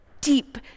deep